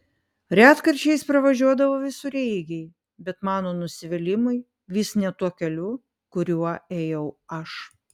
retkarčiais pravažiuodavo visureigiai bet mano nusivylimui vis ne tuo keliu kuriuo ėjau aš